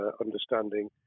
understanding